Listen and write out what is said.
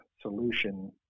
solution